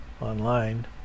online